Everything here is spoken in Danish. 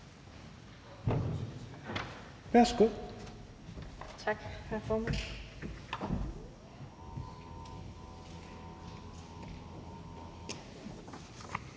Tak